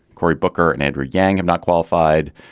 corey booker and andrew yang. i'm not qualified.